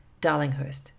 Darlinghurst